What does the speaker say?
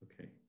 Okay